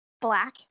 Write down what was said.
black